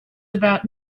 about